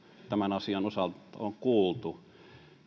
tämän asian osalta on kuultu